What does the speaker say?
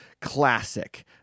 classic